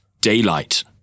daylight